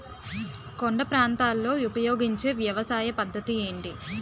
కొండ ప్రాంతాల్లో ఉపయోగించే వ్యవసాయ పద్ధతి ఏంటి?